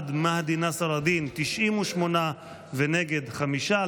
בעד מהדי נסר אל דין, 98, נגד, חמישה.